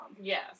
Yes